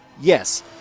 Yes